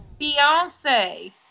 Beyonce